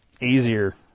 easier